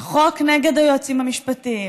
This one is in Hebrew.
החוק נגד היועצים המשפטיים,